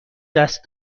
دست